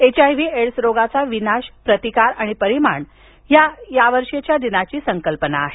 HIV AIDS रोगाचा विनाश प्रतिकार आणि परिणाम अशी यावर्षीची या दिनाची संकल्पना आहे